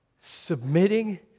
submitting